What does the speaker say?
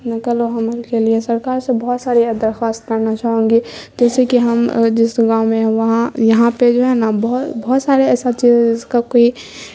نکلو ہم کے لیے سرکار سے بہت سارے درخواست کرنا چاہوں گی جیسے کہ ہم جس گاؤں میں وہاں یہاں پہ جو ہے نا بہت بہت سارے ایسا چیز جس کا کوئی